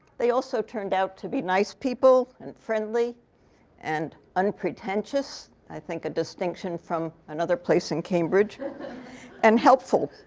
they also turned out to be nice people and friendly and unpretentious i think a distinction from another place in cambridge and helpful.